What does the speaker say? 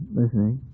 listening